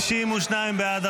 52 בעד,